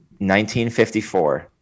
1954